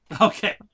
Okay